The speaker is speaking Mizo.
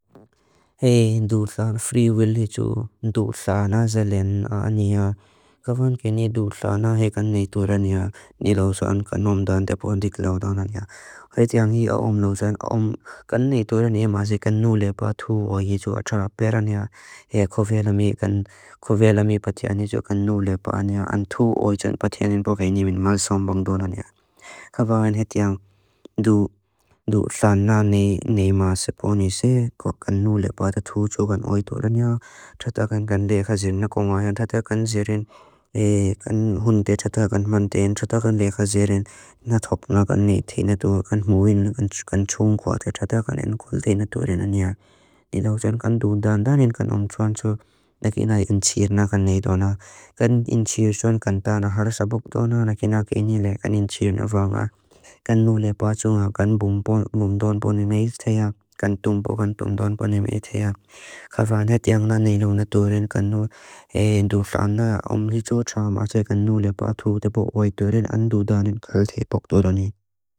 Hei, ndu'u thana, free will hitu, ndu'u thana zelen a'an iya. Kavaan keni ndu'u thana hei kan neitura niya, ni lozoan kanom dan depoan diklo dan an iya. Hei tiang i a'om lozoan, a'om, kan neitura niya mazi kan nu lepa thu oi hitu atra pera niya, hei ko vela mi, ko vela mi patian hitu kan nu lepa an iya, an thu oi jan patianin boka ini min malsan bongdo na niya. Kavaan hei tiang ndu'u thana nei mazi poni se, ko kan nu lepa thu cho kan oi tura niya, tra ta kan kan lexa zelen na kongaya, ta ta kan zelen kan hunde tra ta kan mantein, tra ta kan lexa zelen na thop na kan neitina du, kan muil, kan chungkua, tra ta kan enkul teina tura niya. Ni lozoan kan ndu'u dan danin kan om choan cho, na kina i nchir na kan neitona, kan nchir son kan tana hara sabok tona, na kina kini le kan nchir na vava, kan nu lepa chunga, kan bumbon, bumbon poni maiz tea, kan tumpo, kan tumpon poni maiz tea. Kavaan hei tiang nda neilu na durin kan nu, hei ndu'u thana, a'om lozoa tra mazi kan nu lepa thu depo oi durin an ndu'u danin kal thei boko toni.